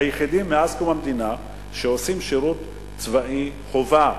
היחידים, מאז קום המדינה, שעושים שירות צבאי חובה.